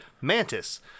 Mantis